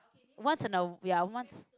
once in a ya once